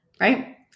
right